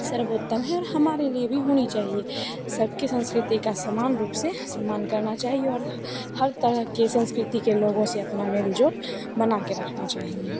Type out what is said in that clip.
सर्वोत्तम है और हमारे लिए भी होनी चाहिए सबकी संस्कृति का समान रूप से सम्मान करना चाहिए और हर तरह की संस्कृति के लोगों से अपना मेल जोल बना कर रखना चाहिए